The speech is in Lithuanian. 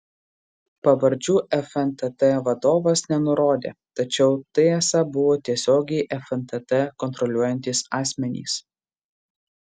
pavardžių fntt vadovas nenurodė tačiau tai esą buvo tiesiogiai fntt kontroliuojantys asmenys